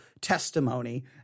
testimony